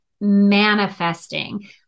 manifesting